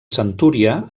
centúria